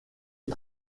est